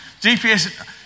GPS